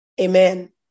Amen